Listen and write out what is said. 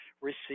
receive